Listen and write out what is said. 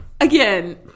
again